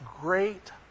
great